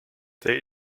der